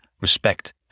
respect